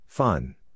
Fun